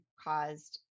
caused